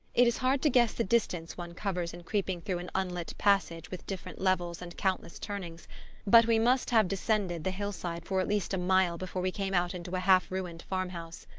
it is hard to guess the distance one covers in creeping through an unlit passage with different levels and countless turnings but we must have descended the hillside for at least a mile before we came out into a half-ruined farmhouse.